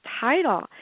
title